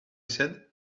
said